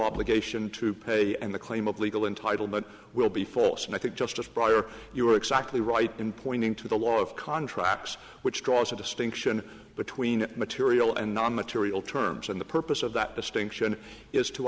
obligation to pay and the claim of legal entitlement will be false and i think just as prior you're exactly right in pointing to the law of contracts which draws a distinction between material and non material terms and the purpose of that distinction is to